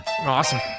Awesome